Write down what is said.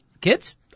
kids